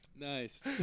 nice